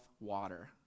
water